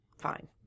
fine